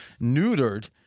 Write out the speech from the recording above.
neutered